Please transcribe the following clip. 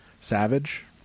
Savage